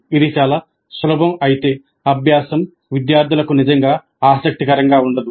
ఇది చాలా సులభం అయితే అభ్యాసం విద్యార్థులకు నిజంగా ఆసక్తికరంగా ఉండదు